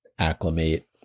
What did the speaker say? acclimate